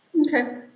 Okay